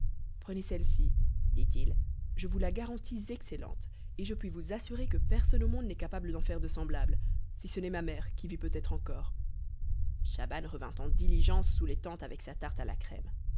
prenez celle-ci dit-il je vous la garantis excellente et je puis vous assurer que personne au monde n'est capable d'en faire de semblables si ce n'est ma mère qui vit peut-être encore schaban revint en diligence sous les tentes avec sa tarte à la crème